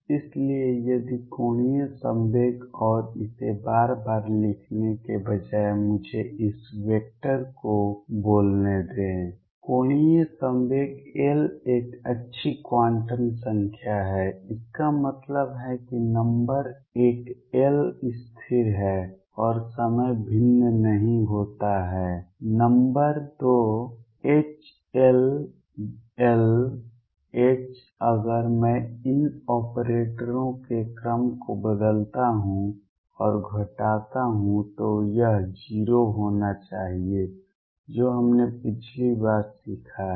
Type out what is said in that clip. इसलिए यदि कोणीय संवेग और इसे बार बार लिखने के बजाय मुझे इस वेक्टर को laughter बोलने दें कोणीय संवेग L एक अच्छी क्वांटम संख्या है इसका मतलब है कि नंबर एक L स्थिर है और समय भिन्न नहीं होता है number 2 H L L H अगर मैं इन ऑपरेटरों के क्रम को बदलता हूं और घटाता हूं तो यह 0 होना चाहिए जो हमने पिछली बार सीखा है